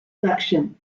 election